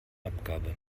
abgabe